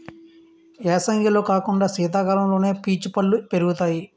ఏసంగిలో కాకుండా సీతకాలంలోనే పీచు పల్లు పెరుగుతాయి